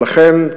לכן,